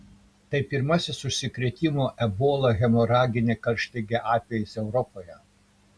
tai pirmasis užsikrėtimo ebola hemoragine karštlige atvejis europoje